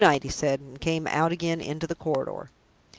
good-night, he said, and came out again into the corridor.